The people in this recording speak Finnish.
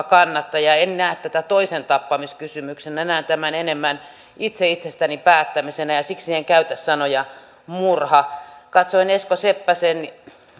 kannattaja en näe tätä toisen tappamiskysymyksenä näen tämän enemmän itse itsestäni päättämisenä ja ja siksi en käytä sanaa murha katsoin esko seppäsen